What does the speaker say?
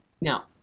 now